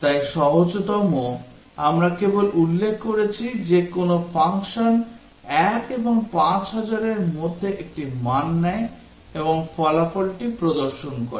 তাই সহজতম আমরা কেবল উল্লেখ করেছি যে কোনও ফাংশন 1 এবং 5000 এর মধ্যে একটি মান নেয় এবং ফলাফলটি প্রদর্শন করে